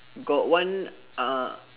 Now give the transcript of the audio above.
got one uh